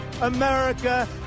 America